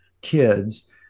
kids